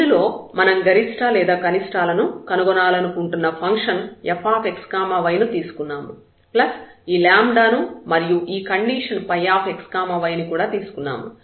ఇందులో మనం గరిష్ట లేదా కనిష్టాల ను కనుగొనాలనుకుంటున్న ఫంక్షన్ fxy ను తీసుకున్నాము ప్లస్ ఈ λ ను మరియు ఈ కండిషన్ ϕxy ని కూడా తీసుకున్నాము